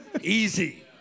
Easy